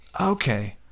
Okay